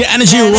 Energy